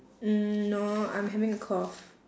no I'm having a cough